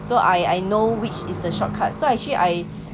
so I I know which is the shortcut so actually I